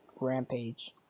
Rampage